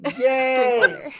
yay